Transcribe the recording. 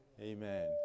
amen